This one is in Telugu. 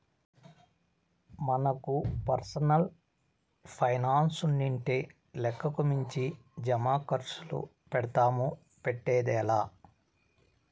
మనకు పర్సనల్ పైనాన్సుండింటే లెక్కకు మించి జమాకర్సులు పెడ్తాము, పెట్టేదే లా